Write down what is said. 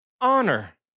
honor